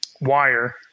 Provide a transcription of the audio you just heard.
wire